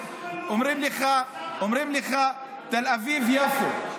כותבים לך "תל אביב-יפו"